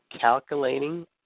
calculating